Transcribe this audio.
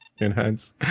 Enhance